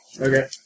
Okay